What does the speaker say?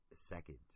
Second